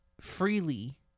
freely